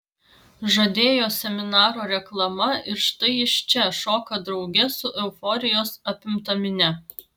žadėjo seminaro reklama ir štai jis čia šoka drauge su euforijos apimta minia